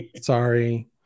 Sorry